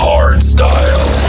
Hardstyle